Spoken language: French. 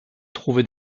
trouvé